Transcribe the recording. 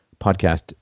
podcast